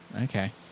Okay